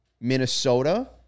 Minnesota